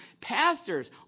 Pastors